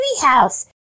treehouse